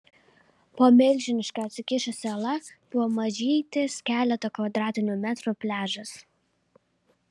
po milžiniška atsikišusia uola buvo mažytis keleto kvadratinių metrų pliažas